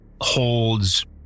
holds